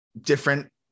different